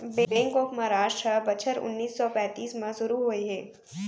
bank of Maharashtra ह बछर उन्नीस सौ पैतीस म सुरू होए हे